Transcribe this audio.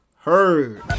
heard